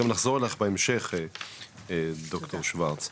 גם נחזור אלייך בהמשך דוקטור שוורץ.